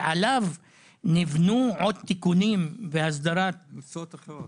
ועליו נבנו עוד תיקונים והסדרת מקצועות אחרים.